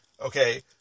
Okay